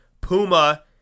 Puma